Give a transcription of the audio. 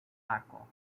arko